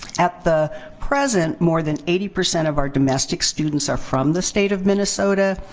at the present, more than eighty percent of our domestic students are from the state of minnesota.